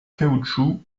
caoutchouc